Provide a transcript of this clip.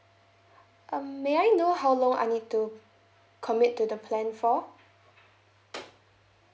um may I know how long I need to commit to the plan for